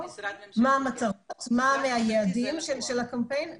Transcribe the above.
מה היעדים של הקמפיין,